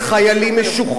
לגזרים.